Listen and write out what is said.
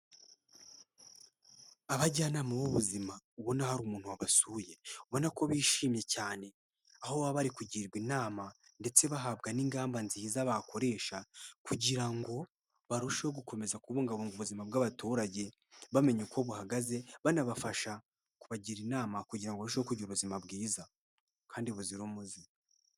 Abajyanama b'ubuzima ubona hari umuntu wagasuye ubona ko bishimye cyane aho baba bari kugirwa inama ndetse bahabwa n'ingamba nziza bakoresha kugira ngo barusheho gukomeza kubungabunga ubuzima bw'abaturage bamenye uko buhagaze banabafasha kubagira inama kugira ngo barusheho kugira ubuzima bwiza kandi buzira umuze.